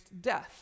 death